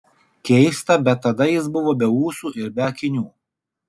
keista bet tada jis buvo be ūsų ir be akinių